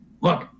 look